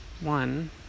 One